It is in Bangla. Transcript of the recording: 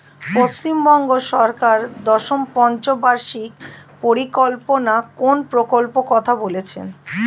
পশ্চিমবঙ্গ সরকার দশম পঞ্চ বার্ষিক পরিকল্পনা কোন প্রকল্প কথা বলেছেন?